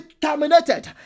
terminated